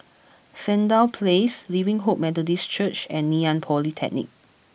Sandown Place Living Hope Methodist Church and Ngee Ann Polytechnic